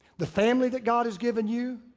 the family that god has given you,